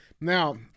Now